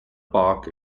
park